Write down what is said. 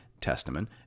Testament